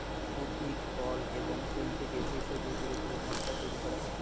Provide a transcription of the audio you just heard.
উদ্ভিদ, ফল এবং ফুল থেকে ভেষজ গুঁড়ো করে মশলা তৈরি করা হয়